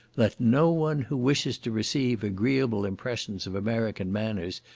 let no one who wishes to receive agreeable impressions of american manners,